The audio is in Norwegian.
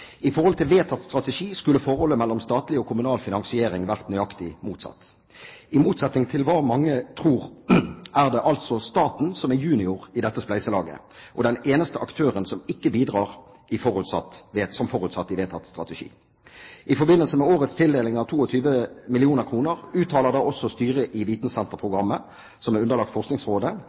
I forhold til vedtatt strategi skulle forholdet mellom statlig og kommunal finansiering vært nøyaktig motsatt. I motsetning til hva mange tror, er det altså staten som er junior i dette spleiselaget, og den eneste aktøren som ikke bidrar som forutsatt i vedtatt strategi. I forbindelse med årets tildeling av 22 mill. kr uttaler da også styret i Vitensenterprogrammet, som er underlagt Forskningsrådet,